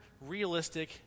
realistic